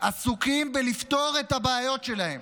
לפחות עסוקים בלפתור את הבעיות שלהם,